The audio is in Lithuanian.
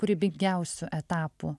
kūrybingiausių etapų